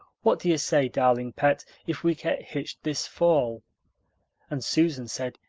what do you say, darling pet, if we get hitched this fall and susan said,